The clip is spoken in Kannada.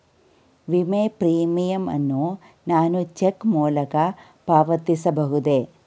ವಿಮೆ ಪ್ರೀಮಿಯಂ ಅನ್ನು ನಾನು ಚೆಕ್ ಮೂಲಕ ಪಾವತಿಸಬಹುದೇ?